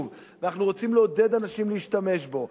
ואנחנו רוצים לעודד אנשים להשתמש בו.